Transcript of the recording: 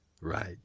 right